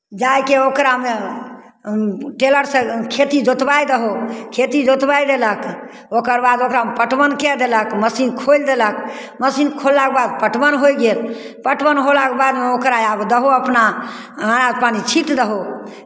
जाय कऽ ओकरामे टेलरसँ खेती जोतवाय दहो खेती जोतवाय देलक ओकर बाद ओकरामे पटवन कए देलक मशीन खोलि देलक मशीन खोललाके बादमे पटवन होय गेल पटवन होलाके बादमे ओकरा आब दहो अपना अनाज पानि छीँट दहो